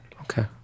Okay